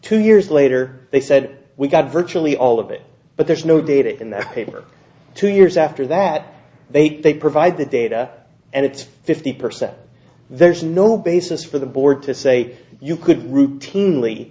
two years later they said we got virtually all of it but there's no data in the paper two years after that they provide the data and it's fifty percent there's no basis for the board to say you could routinely